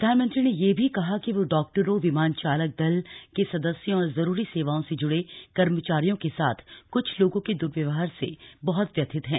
प्रधानमंत्री ने यह भी कहा कि वे डॉक्टरों विमान चालक दल के सदस्यों और जरूरी सेवाओं से ज्ड़े कर्मचारियों के साथ क्छ लोगों के द्वर्व्यवहार से बहत व्यथित हैं